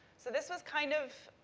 so, this was kind of